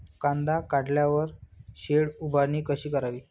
कांदा काढल्यावर शेड उभारणी कशी करावी?